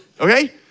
okay